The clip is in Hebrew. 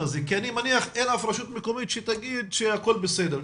הזה כי אני מניח שאין אף רשות מקומית שתגיד שהכל בסדר.